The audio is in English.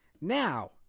Now